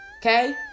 okay